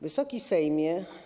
Wysoki Sejmie!